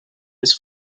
his